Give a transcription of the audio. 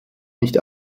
nicht